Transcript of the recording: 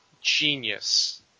genius